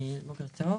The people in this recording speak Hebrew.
בוקר טוב.